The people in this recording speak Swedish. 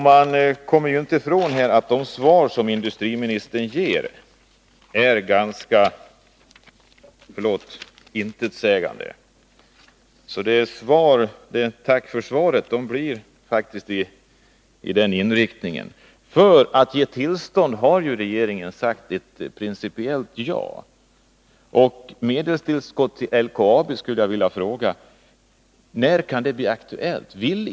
Man kommer inte ifrån att det svar industriministern ger är — förlåt mig — ganska intetsägande, och tacket för svaret får sin inriktning som en följd därav. Regeringen har sagt ett principiellt ja när det gäller tillstånd, och jag skulle vilja fråga: När kan det bli aktuellt med medelstillskott till LKAB?